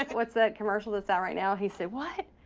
what's that commercial that's out right now? he said, what?